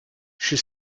she